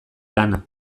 lana